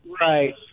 Right